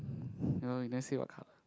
no leh you never say what colour